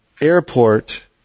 airport